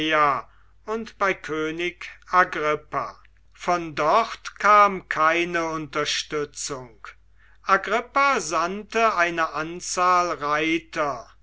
und bei könig agrippa von dort kam keine unterstützung agrippa sandte eine anzahl reiter